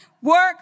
Work